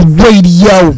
radio